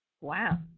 Wow